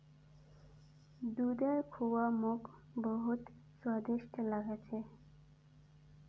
दूधेर खुआ मोक बहुत स्वादिष्ट लाग छ